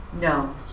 No